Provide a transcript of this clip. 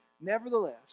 nevertheless